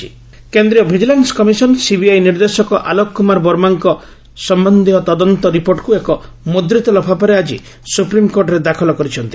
SC CBI କେନ୍ଦ୍ରୀୟ vigilance commission CBI ନିର୍ଦ୍ଦେଶକ ଆଲୋକ କୁମାର ବର୍ମାଙ୍କ ସମ୍ଭନ୍ଧୀୟ ତଦନ୍ତ ରିପୋର୍ଟକୁ ଏକ ମୁଦ୍ରିତ ଲଫାପାରେ ଆକି ସୁପ୍ରିମ୍କୋର୍ଟରେ ଦାଖଲ କରିଛନ୍ତି